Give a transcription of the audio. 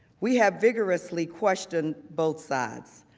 we have vigorously questioned both sides.